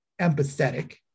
empathetic